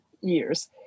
years